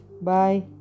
Bye